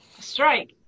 strike